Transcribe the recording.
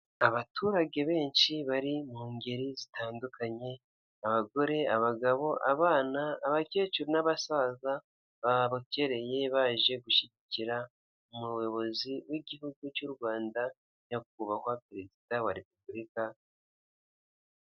Abaturage benshi bari mu ngeri zitandukanye abagore, abagabo, abana, abakecuru n'abasaza babukereye baje gushyigikira umuyobozi w'igihugu cy'u Rwanda nyakubahwa perezida wa repubulika.